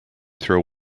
through